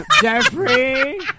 Jeffrey